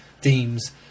themes